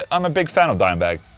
i'm a big fan of dimebag.